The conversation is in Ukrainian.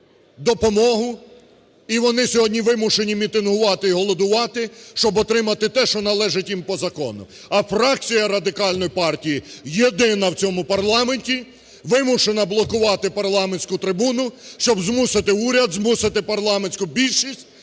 допомогу, і вони сьогодні вимушені мітингувати і голодувати, щоб отримати те, що належить їм по закону. А фракція Радикальної партії єдина в цьому парламенті вимушена блокувати парламентську трибуну, щоб змусити уряд, змусити парламентську більшість